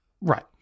Right